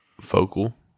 focal